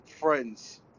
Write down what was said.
friends